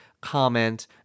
comment